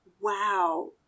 Wow